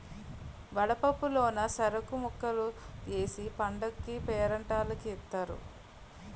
వడపప్పు లోన సెరుకు ముక్కలు ఏసి పండగకీ పేరంటాల్లకి ఇత్తారు